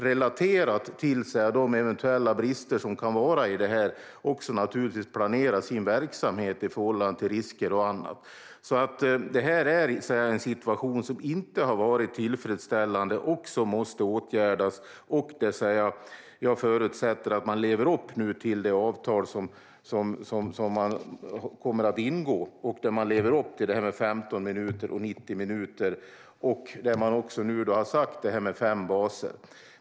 Relaterat till de eventuella brister som kan finnas i detta sammanhang vill jag säga att man naturligtvis planerar sin verksamhet i förhållande till risker och annat. Det är en situation som inte har varit tillfredsställande och som måste åtgärdas. Jag förutsätter att man lever upp till det avtal som man kommer att ingå och att man lever upp till detta med 15 minuter och 90 minuter och det som man har sagt om fem baser.